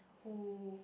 who